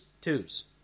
twos